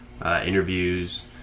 interviews